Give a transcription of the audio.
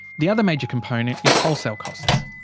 the other major component is wholesale costs.